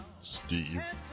Steve